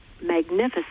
magnificent